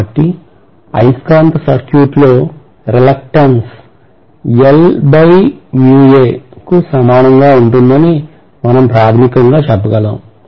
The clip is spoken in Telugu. కాబట్టి అయస్కాంత సర్క్యూట్లో reluctance కి సమానంగా ఉంటుందని మనం ప్రాథమికంగా చెప్పగలం